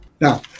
now